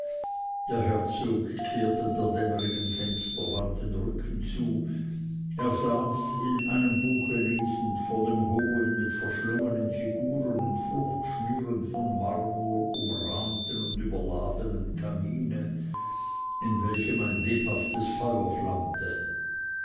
der herzog kehrte der dämmerigen fensterwand den rücken zu er saß in einem buche lesend vor dem hohen mit verschlungenen figuren und fruchtschnüren von marmor umrahmten und überladenen kamine in welchem ein lebhaftes feuer flammte